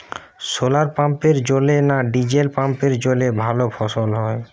শোলার পাম্পের জলে না ডিজেল পাম্পের জলে ভালো ফসল হয়?